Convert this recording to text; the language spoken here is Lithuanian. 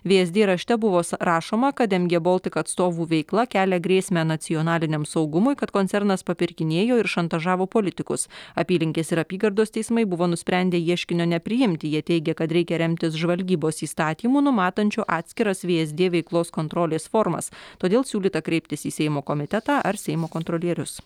vsd rašte buvo sa rašoma kad mg boltik atstovų veikla kelia grėsmę nacionaliniam saugumui kad koncernas papirkinėjo ir šantažavo politikus apylinkės ir apygardos teismai buvo nusprendę ieškinio nepriimti jie teigė kad reikia remtis žvalgybos įstatymu numatančiu atskiras vsd veiklos kontrolės formas todėl siūlyta kreiptis į seimo komitetą ar seimo kontrolierius